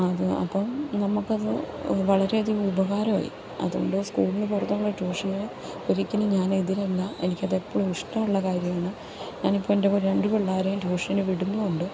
അത് അപ്പം നമുക്കത് വളരെയധികം ഉപകാരമായി അതുകൊണ്ട് സ്കൂളിന് പുറത്തുള്ള ട്യൂഷന് ഒരിക്കലും ഞാനെതിരല്ല എനിക്കത് എപ്പോളും ഇഷ്ടമുള്ള കാര്യമാണ് ഞാനിപ്പോൾ എൻ്റെ രണ്ട് പിള്ളേരെയും ട്യൂഷന് വിടുന്നും ഉണ്ട്